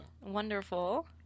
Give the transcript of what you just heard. Wonderful